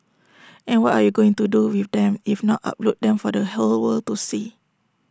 and what are you going to do with them if not upload them for the whole world to see